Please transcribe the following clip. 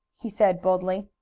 he said boldly.